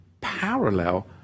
parallel